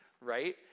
Right